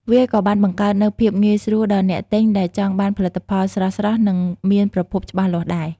វាក៏បានបង្កើតនូវភាពងាយស្រួលដល់អ្នកទិញដែលចង់បានផលិតផលស្រស់ៗ និងមានប្រភពច្បាស់លាស់ដែរ។